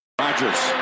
Rodgers